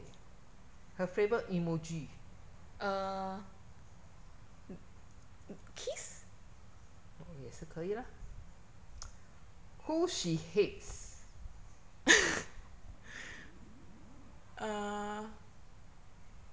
her favourite emoji 哦也是可以啦 who she hates